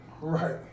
Right